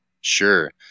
Sure